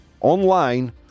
online